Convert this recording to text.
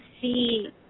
see